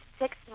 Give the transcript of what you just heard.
six